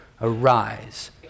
arise